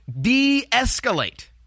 de-escalate